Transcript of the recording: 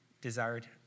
desired